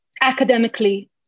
academically